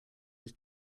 was